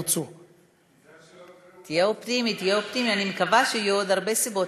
חברת הכנסת זנדברג, לעתים קורה שאני מתחבר אלייך.